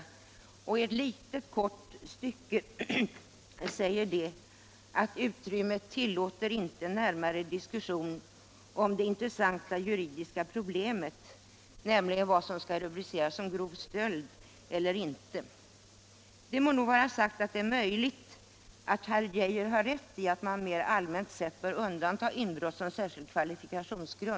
I ett litet Torsdagen den stycke säger man, att utrymmet inte tillåter närmare diskussion av det 11 december 1975 intressanta juridiska problemet, nämligen vad som skall rubriceras som — grov stöld. Det må nu vara sagt, fortsätter tidningen, att det är möjligt Ändring i brottsbalatt herr Geijer har rätt i att man mer allmänt sett bör undanta inbrott — ken som särskild kvalifikationsgrund.